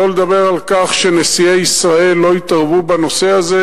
שלא לדבר על כך שנשיאי ישראל לא התערבו בנושא הזה,